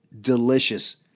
delicious